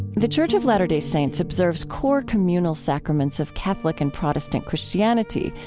the church of latter-day saints observes core communal sacraments of catholic and protestant christianity,